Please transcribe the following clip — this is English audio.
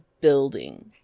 building